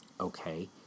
Okay